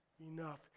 enough